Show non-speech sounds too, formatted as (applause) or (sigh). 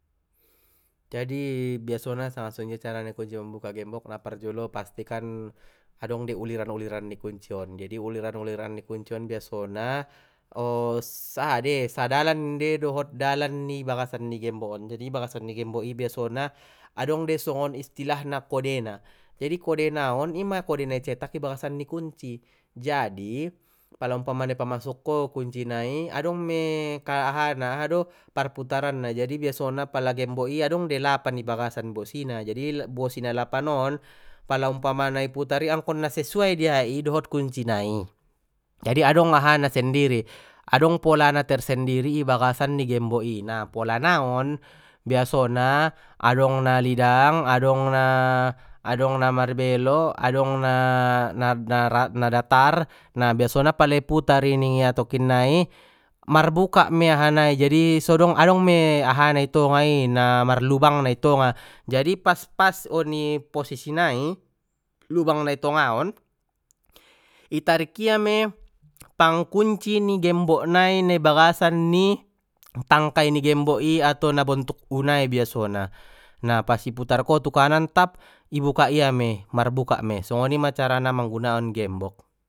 Jadi biasona sanga sonjia kunci mambuka gembok na parjolo pasti kan adong dei uliran uliran ni kunci on jadi uliran uliran ni kunci on biasona (hesitation) aha dei sadalan dei dohot dalan ni bagasan ni gembok on jadi bagasan ni gembok i biasona adong dei songon istilahna kodena jadi kode na on ima kode na i cetak i bagasan ni kunci jadi, pala umpamana i pamasuk ko kunci nai adong mei ka aha na aha do parputaranna jadi biasona pala gembok i adong dei lapan i bagasan bosina jadi bosi na lapan on pala umpamana i putar ia angkon na sesuai dia i dot kunci nai jadi adong aha na sendiri jadi adong pola na tersendiri i bagasan ni gembok i nah pola naon biasona adong na lidang adong na adong na marbelok adong na-na-na datar na biasona pala i putar ia i tokinnai marbuka mei aha nai jadi sodong adong mei aha na i tonga i na marlubangna i tonga jadi pas pas posisi nai lubang na i tonga on itarik ia mei pangkunci ni gembok nai na i bagasan ni tangkai ni gembok i atau na bontuk u nai biasona na pas i putar ko tu kanan tap ibuka ia mei marbuka mei songoni ma carana manggunaon gembok.